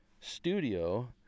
studio